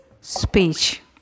speech